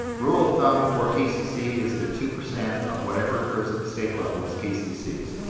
rule of thumb for pcc is that two percent of whatever occurs at the state level is pcc's.